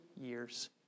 years